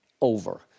over